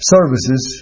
Services